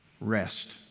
Rest